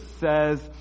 says